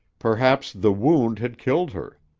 perhaps the wound had killed her.